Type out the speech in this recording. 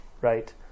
right